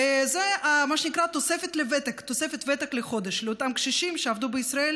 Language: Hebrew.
וזה מה שנקרא תוספת ותק לחודש לאותם קשישים שעבדו בישראל